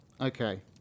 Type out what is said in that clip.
Okay